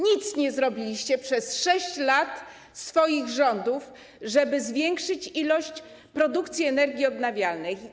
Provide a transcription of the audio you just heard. Nic nie zrobiliście przez 6 lat swoich rządów, żeby zwiększyć ilość produkowanej energii odnawialnej.